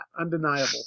Undeniable